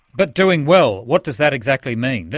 but doing well, what does that exactly mean?